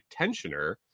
tensioner